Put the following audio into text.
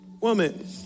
woman